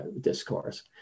discourse